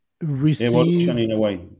receive